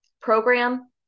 program